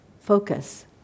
focus